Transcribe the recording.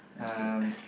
okay